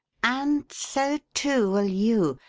and so, too, will you,